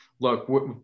look